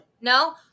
No